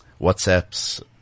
WhatsApps